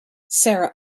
sarah